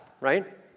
right